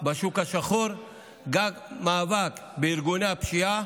בשוק השחור, גם מאבק בארגוני הפשיעה.